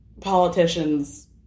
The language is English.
politicians